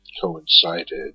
coincided